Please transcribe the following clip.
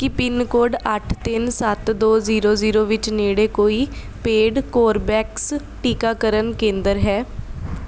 ਕੀ pincode ਅੱਠ ਤਿੰਨ ਸੱਤ ਦੋ ਜ਼ੀਰੋ ਜ਼ੀਰੋ ਵਿੱਚ ਨੇੜੇ ਕੋਈ ਪੇਡ ਕੋਰਬੈਕਸ ਟੀਕਾਕਰਨ ਕੇਂਦਰ ਹੈ